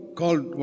called